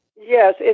Yes